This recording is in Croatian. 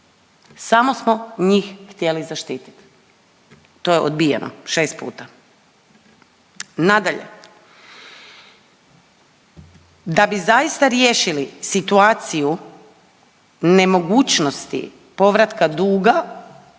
Samo smo njih htjeli zaštititi. To je odbijeno 6 puta. Nadalje, da bi zaista riješili situaciju nemogućnosti povratka duga,